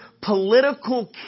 political